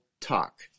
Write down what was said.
talk